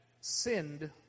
sinned